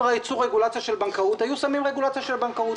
אם היו רוצים רגולציה של בנקאות היו שמים רגולציה של בנקאות.